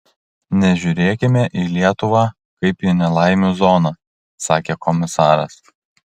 nežiūrėkime į lietuvą kaip į nelaimių zoną sakė komisaras